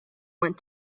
went